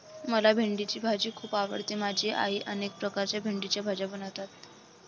मला भेंडीची भाजी खूप आवडते माझी आई अनेक प्रकारच्या भेंडीच्या भाज्या बनवते